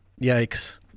Yikes